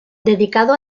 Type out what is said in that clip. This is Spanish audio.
dedicado